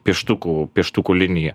pieštukų pieštukų liniją